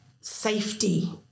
safety